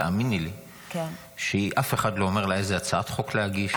תאמיני לי שאף אחד לא אומר לה איזו הצעת חוק להגיש,